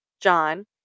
John